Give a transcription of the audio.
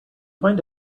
find